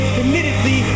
admittedly